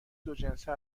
دوجنسه